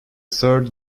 third